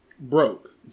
Broke